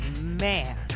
man